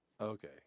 Okay